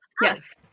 Yes